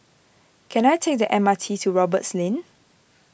can I take the M R T to Roberts Lane